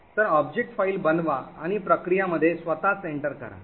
तर object file बनवा आणि प्रक्रिया मध्ये स्वतःच एंटर करा